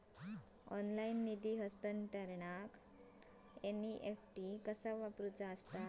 Online निधी हस्तांतरणाक NEFT कसा वापरायचा?